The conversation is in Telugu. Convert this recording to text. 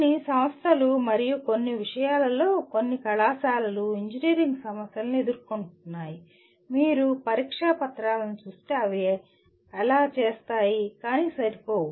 కొన్ని సంస్థలు మరియు కొన్ని విషయాలలో కొన్ని కళాశాలలు ఇంజనీరింగ్ సమస్యలను ఎదుర్కొంటాయి మీరు పరీక్షా పత్రాలను చూస్తే అవి అలా చేస్తాయి కానీ సరిపోవు